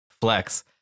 flex